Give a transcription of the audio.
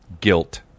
Guilt